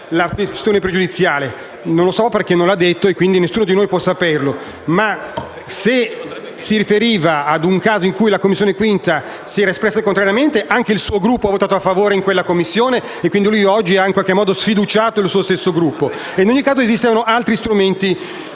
5a Commissione si era espressa contrariamente, va detto che anche il suo Gruppo ha votato a favore in quella Commissione, quindi egli oggi ha in qualche modo sfiduciato il suo stesso Gruppo; in ogni caso esistono altri strumenti